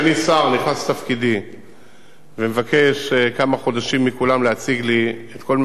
אני שר שנכנס לתפקידו ומבקש כמה חודשים מכולם להציג לי את כל מה